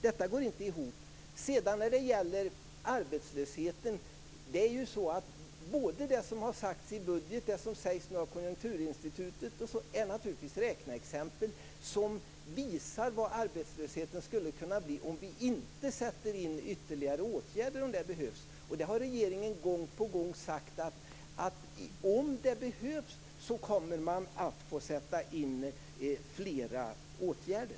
Detta går inte ihop När det sedan gäller arbetslösheten är det naturligtvis så att både det som har sagts i budgeten och det som sägs av Konjunkturinstitutet är räkneexempel, som visar vad arbetslösheten skulle kunna bli om vi inte sätter in ytterligare åtgärder, om så behövs. Regeringen har gång på gång sagt att om det behövs, kommer man att få sätta in flera åtgärder.